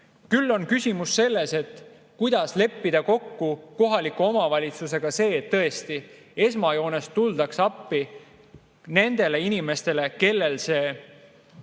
on küsimus selles, kuidas leppida kokku kohaliku omavalitsusega, et tõesti esmajoones tuldaks appi nendele inimestele, kellele